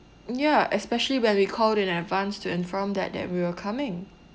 ya especially when we called in advance to inform that that we were coming